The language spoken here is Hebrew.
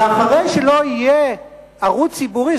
ואחרי שלא יהיה ערוץ ציבורי,